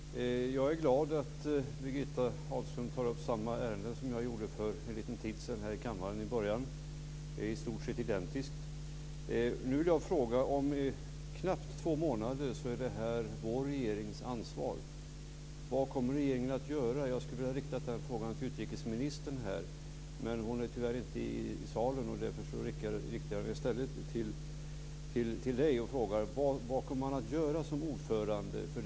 Fru talman! Jag är glad att Birgitta Ahlqvist tar upp samma ärende som jag gjorde för en liten tid sedan här i kammaren. Det är i stort sett identiskt. Nu vill jag ställa en fråga. Om knappt två månader är det här vår regerings ansvar. Vad kommer regeringen att göra? Jag skulle ha riktat den frågan till utrikesministern, men hon är tyvärr inte i kammaren. Därför riktar jag i stället frågan till Birgitta Ahlqvist. Vad kommer man att göra som ordförandeland?